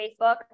Facebook